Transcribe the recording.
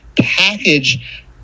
package